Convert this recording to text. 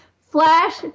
Flash